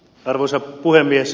arvoisa puhemies